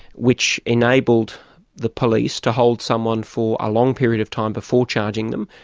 which enabled the police to hold someone for a long period of time before charging them.